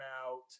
out